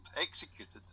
executed